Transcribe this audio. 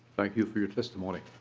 thank you for your testimony.